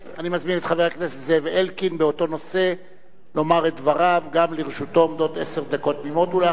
אני מזמין את חבר הכנסת זאב אלקין לומר את דבריו באותו נושא.